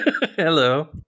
Hello